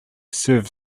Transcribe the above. serve